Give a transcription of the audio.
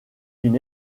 une